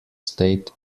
state